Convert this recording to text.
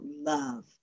love